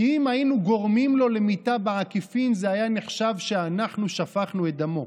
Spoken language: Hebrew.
כי אם היינו גורמים לו למיתה בעקיפין זה היה נחשב שאנחנו שפכנו את דמו.